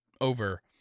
over